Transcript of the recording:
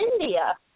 India